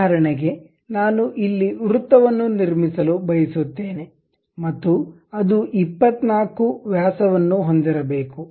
ಉದಾಹರಣೆಗೆ ನಾನು ಇಲ್ಲಿ ವೃತ್ತವನ್ನು ನಿರ್ಮಿಸಲು ಬಯಸುತ್ತೇನೆ ಮತ್ತು ಅದು 24 ವ್ಯಾಸವನ್ನು ಹೊಂದಿರಬೇಕು